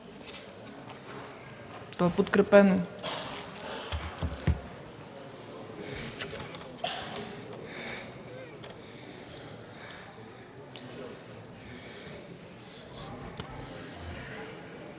и е подкрепено